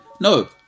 No